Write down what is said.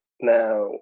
now